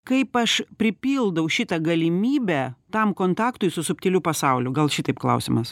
kaip aš pripildau šitą galimybę tam kontaktui su subtiliu pasauliu gal šitaip klausimas